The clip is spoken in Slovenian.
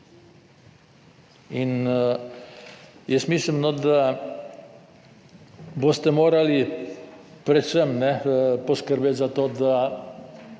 In jaz mislim, da boste morali predvsem poskrbeti za to, da